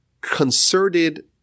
concerted